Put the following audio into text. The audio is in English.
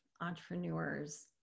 entrepreneurs